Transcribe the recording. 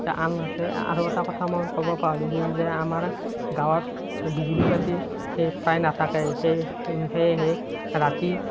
আনহাতে আৰু এটা কথা মই ক'ব পাৰিছোঁ যে আমাৰ গাঁৱত বিজুলি বাতিৰ প্ৰায় নাথাকে সেয় সেয়েহে ৰাতি